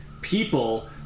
people